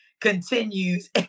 continues